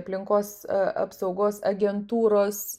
aplinkos apsaugos agentūros